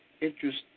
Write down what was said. interest